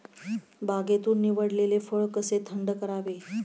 बागेतून निवडलेले फळ कसे थंड करावे?